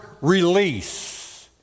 release